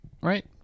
right